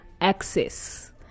access